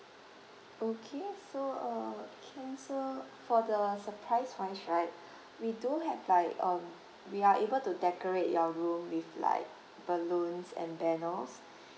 okay so uh can so for the surprise wise right we do have like um we are able to decorate your room with like balloons and banners